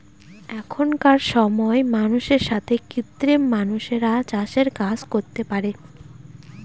এখনকার সময় মানুষের সাথে কৃত্রিম মানুষরা চাষের কাজ করতে পারে